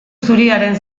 zuriaren